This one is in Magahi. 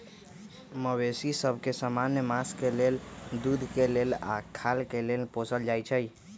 मवेशि सभ के समान्य मास के लेल, दूध के लेल आऽ खाल के लेल पोसल जाइ छइ